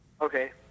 Okay